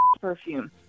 perfume